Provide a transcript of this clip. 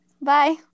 Bye